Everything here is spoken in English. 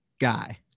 guy